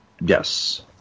Yes